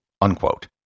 unquote